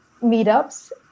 meetups